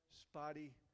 spotty